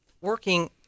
working